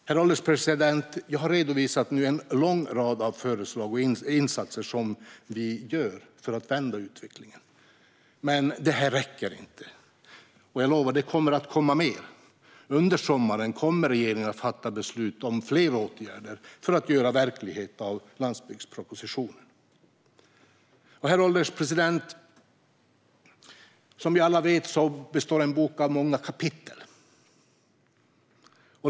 Herr ålderspresident! Jag har nu redovisat en lång rad förslag och insatser för att vända utvecklingen. Men detta räcker inte. Jag lovar att det kommer mer. Under sommaren kommer regeringen att fatta beslut om fler åtgärder för att göra verklighet av landsbygdspropositionen. Herr ålderspresident! Som vi alla vet består en bok av många kapitel.